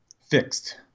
Fixed